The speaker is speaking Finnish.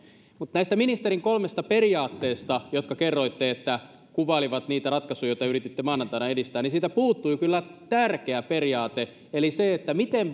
mutta näistä ministerin kolmesta periaatteesta kerroitte että ne kuvailevat niitä ratkaisuja joita yrititte maanantaina edistää niistä puuttui kyllä tärkeä periaate eli se miten